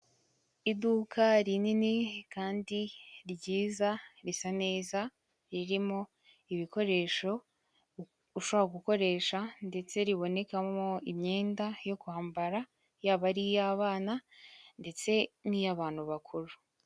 Iduka rinini kandi ryiza, risa neza, ririmo ibikoresho ushobora gukoresha ndetse ribonekamo imyenda yo kwambara yaba ari iy'abana ndetse n'iy'abantu bakuru.